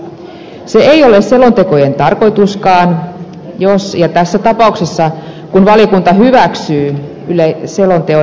se ei ole selontekojen tarkoituskaan jos ja tässä tapauksessa kun valiokunta hyväksyy selonteon yleislinjan